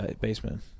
baseman